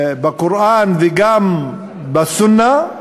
בקוראן, וגם בסונה,